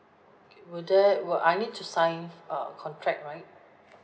okay will there will I need to sign a contract right